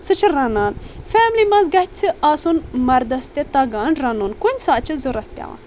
سُہ چھُ رنان فیملی منٛز گژھِ آسُن مردَس تہِ تگان رنُن کُنہِ سات چھٕ ضروٗرَت پٮ۪وان